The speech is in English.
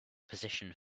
position